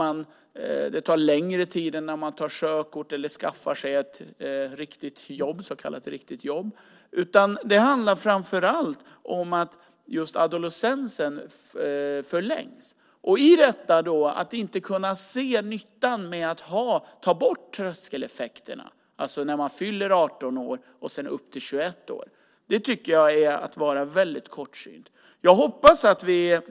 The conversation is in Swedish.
Det tar längre tid innan de tar körkort eller skaffar sig ett så kallat riktigt jobb. Det handlar framför allt om att just adolescensen förlängs. Att då inte kunna se nyttan med att ta bort tröskeleffekterna för unga från 18 år och upp till 21 år, tycker jag är att vara väldigt kortsynt.